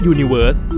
Universe